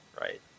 right